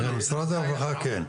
משרד הרווחה כן.